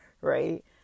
right